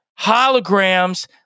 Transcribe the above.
holograms